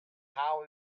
how